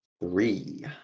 three